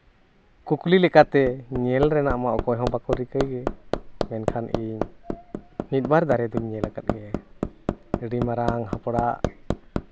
ᱠᱩᱠᱞᱤ ᱞᱮᱠᱟᱛᱮ ᱧᱮᱞ ᱨᱮᱱᱟᱜ ᱢᱟ ᱚᱠᱚᱭ ᱦᱚᱸ ᱵᱟᱠᱚ ᱨᱤᱠᱟᱹᱭ ᱜᱮ ᱢᱮᱱᱠᱷᱟᱱ ᱤᱧ ᱢᱤᱫ ᱵᱟᱨ ᱫᱟᱨᱮ ᱫᱚᱧ ᱧᱮᱞ ᱠᱟᱫ ᱜᱮᱭᱟ ᱟᱹᱰᱤ ᱢᱟᱨᱟᱝ ᱦᱟᱯᱲᱟᱜ